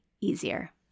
easier